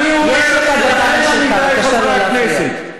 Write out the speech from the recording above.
זה כתוב בצורה מפורשת ובצורה מובלעת בחוק.